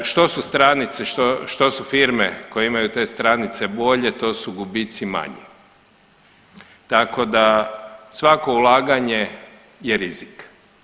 Što su stranice, što, što su firme koje imaju te stranice bolje to su gubici manji, tako da svako ulaganje je rizik.